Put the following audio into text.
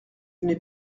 n’ai